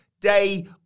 day